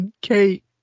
Kate